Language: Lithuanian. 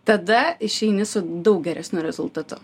tada išeini su daug geresniu rezultatu